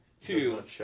two